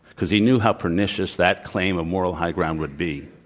because he knew how pernicious that claim of moral high ground would be.